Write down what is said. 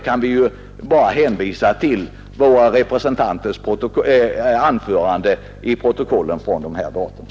Jag hänvisar bara till de protokoll i vilka våra representanters anföranden finns återgivna.